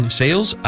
sales